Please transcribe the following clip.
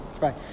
Right